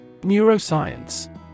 Neuroscience